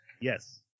yes